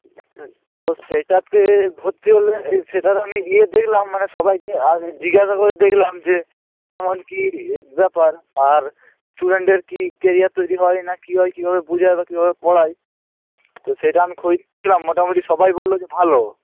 তো সেটাতে ভর্তি হলে এই সেটার আমি ইয়ে দেখলাম মানে সবাইকে আর জিজ্ঞাসা করে দেখলাম যে কেমন কী এর ব্যাপার আর স্টুডেন্টদের কী ক্যারিয়ার তৈরি হয় না কি হয় কীভাবে বুঝায় বা কীভাবে পড়ায় তো সেটা আমি খোঁজ নিয়েছিলাম মোটামুটি সবাই বললো যে ভালো